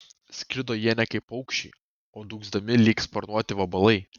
skrido jie ne kaip paukščiai o dūgzdami lyg sparnuoti vabalai